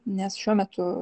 nes šiuo metu